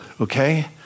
Okay